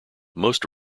most